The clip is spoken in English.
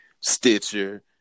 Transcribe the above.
Stitcher